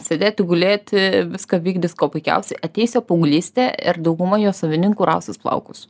sėdėti gulėti viską vykdys kuo puikiausiai ateis paauglystė ir dauguma jo savininkų rausis plaukus